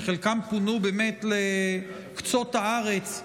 שחלקם פונו לקצות הארץ,